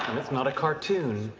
it's not a cartoon.